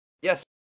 Yes